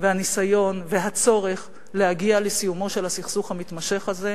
והניסיון והצורך להגיע לסיומו של הסכסוך המתמשך הזה.